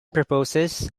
proposes